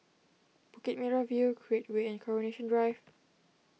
Bukit Merah View Create Way and Coronation Drive